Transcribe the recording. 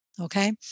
okay